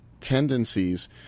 tendencies